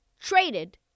traded